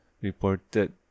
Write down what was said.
reported